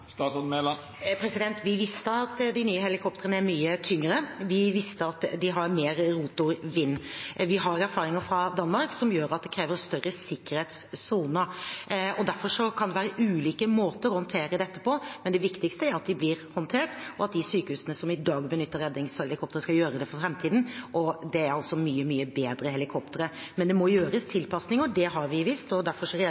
Vi visste at de nye helikoptrene er mye tyngre, og vi visste at de har mer rotorvind. Vi har erfaringer fra Danmark som viser at det kreves større sikkerhetssoner. Derfor kan det være ulike måter å håndtere dette på, men det viktigste er at de blir håndtert, og at de sykehusene som i dag benytter redningshelikoptre, skal gjøre det for framtiden. Og det er altså mye, mye bedre helikoptre. Men det må gjøres